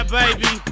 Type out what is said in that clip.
baby